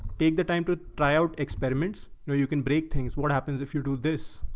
take the time to try out experiments. now you can break things. what happens if you do this?